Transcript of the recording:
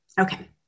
Okay